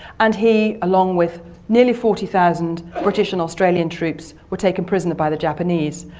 and he, along with nearly forty thousand british and australian troops were taken prisoner by the japanese.